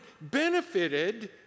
benefited